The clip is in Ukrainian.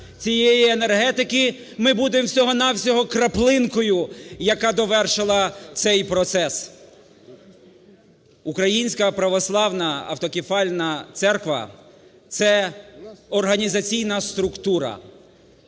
цієї енергетики, ми будемо, всього-на-всього, краплинкою, яка довершила цей процес. Українська Православна Автокефальна Церква – це організаційна структура,